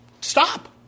stop